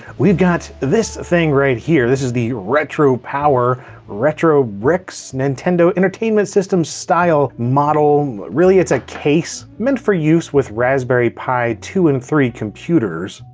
we've got this thing right here. this is the retro power retro bricks nintendo entertainment system-style model. really, it's a case meant for use with raspberry pi two and three computers.